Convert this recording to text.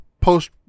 post